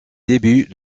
début